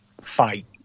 fight